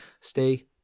stay